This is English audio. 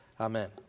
Amen